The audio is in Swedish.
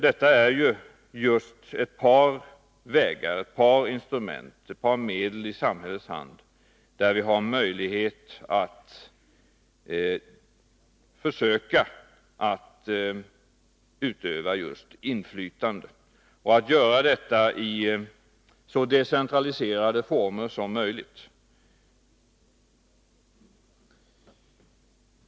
Detta är ju ett par vägar att gå, ett par instrument i samhällets hand, som skapar möjlighet att utöva inflytande och att göra det i så decentraliserade former som möjligt.